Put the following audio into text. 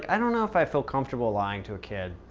i don't know if i feel comfortable lying to a kid.